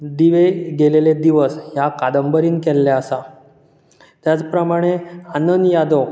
दिवे गेलेले दिवस ह्या कादंबरीन केल्ले आसा तेच प्रमाणे आनंन यादव